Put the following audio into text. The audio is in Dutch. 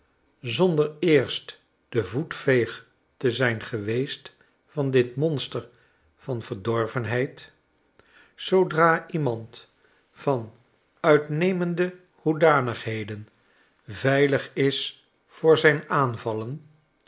zonder eerst de voetveeg te zijn gewee st van dit monster van verdorvenheid zoodra iemand van uitnemende hoedanigheden veilig is voor zijn aanvallen